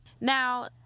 Now